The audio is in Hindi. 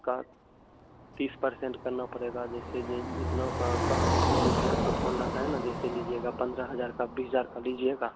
का तीस परसेंट करना पड़ेगा जैसे जे जितनो का का वो जितनो रुपया का फोन रहता है न जैसे लीजिएगा पंद्रह हजार का बीस हजार का लीजिएगा